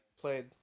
played